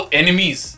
enemies